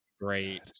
great